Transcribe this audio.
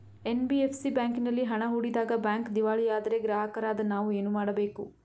NBFC ಬ್ಯಾಂಕಿನಲ್ಲಿ ಹಣ ಹೂಡಿದಾಗ ಬ್ಯಾಂಕ್ ದಿವಾಳಿಯಾದರೆ ಗ್ರಾಹಕರಾದ ನಾವು ಏನು ಮಾಡಬೇಕು?